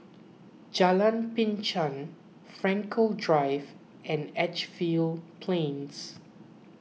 Jalan Binchang Frankel Drive and Edgefield Plains